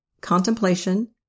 contemplation